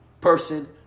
person